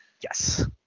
Yes